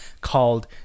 called